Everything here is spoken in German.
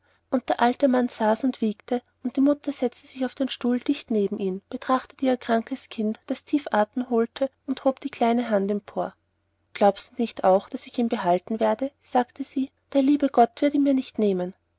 und der alte mann saß und wiegte und die mutter setzte sich auf den stuhl dicht neben ihn betrachtete ihr krankes kind das tief atem holte und hob die kleine hand empor glaubst du nicht auch daß ich ihn behalten werde sagte sie der liebe gott wird ihn mir nicht nehmen